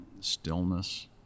stillness